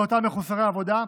לאותם מחוסרי עבודה,